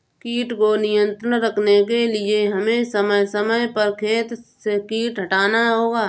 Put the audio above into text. कीट को नियंत्रण रखने के लिए हमें समय समय पर खेत से कीट हटाना होगा